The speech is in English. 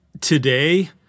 today